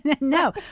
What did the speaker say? No